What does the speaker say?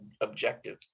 objective